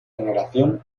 generación